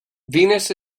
venus